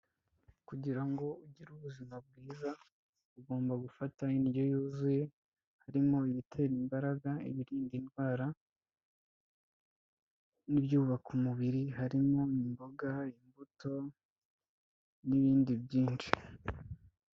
Kugira ngo ugire ubuzima bwiza, ugomba gufata indyo yuzuye, harimo ibitera imbaraga, ibirinda indwara n'ibyubaka umubiri, harimo imboga, imbuto n'ibindi byinshi.